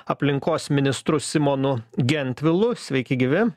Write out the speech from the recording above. aplinkos ministru simonu gentvilu sveiki gyvi